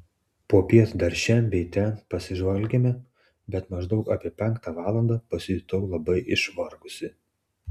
popiet dar šen bei ten pasižvalgėme bet maždaug apie penktą valandą pasijutau labai išvargusi